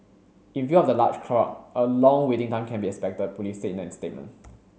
in view of the large crowd a long waiting time can be expected Police said in a statement